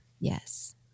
Yes